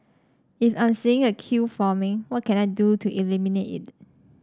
if I'm seeing a queue forming what can I do to eliminate it